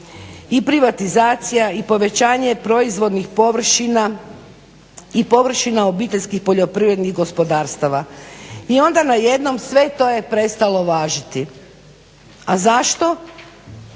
i privatizacija i povećanje proizvodnih površina i površina OPG-a. i onda najednom sve to je prestalo važiti. A zašto?